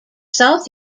south